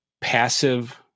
passive